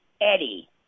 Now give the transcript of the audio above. Eddie